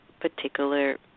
particular